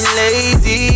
lazy